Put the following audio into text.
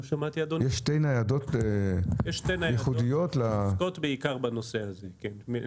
יש שתי ניידות שעוסקות בעיקר בנושא הזה, כן.